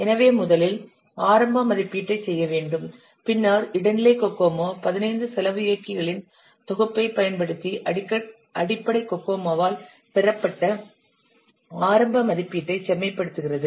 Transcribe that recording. எனவே முதலில் ஆரம்ப மதிப்பீட்டைச் செய்ய வேண்டும் பின்னர் இடைநிலை கோகோமோ 15 செலவு இயக்கிகளின் தொகுப்பைப் பயன்படுத்தி அடிப்படை கோகோமோவால் பெறப்பட்ட ஆரம்ப மதிப்பீட்டைச் செம்மைப்படுத்துகிறது